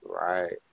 Right